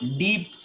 deep